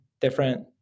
different